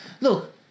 Look